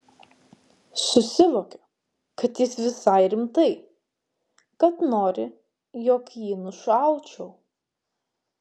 susivokiu kad jis visai rimtai kad nori jog jį nušaučiau